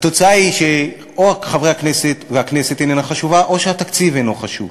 התוצאה היא או שחברי הכנסת והכנסת אינם חשובים או שהתקציב אינו חשוב.